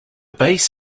bass